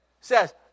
says